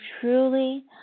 truly